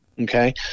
Okay